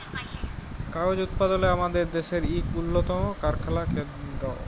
কাগজ উৎপাদলে আমাদের দ্যাশের ইক উল্লতম কারখালা কেলদ্র